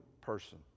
person